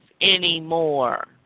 anymore